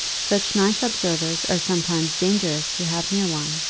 such nice observers are sometimes dangerous to have near one.